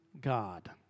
God